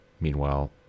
Meanwhile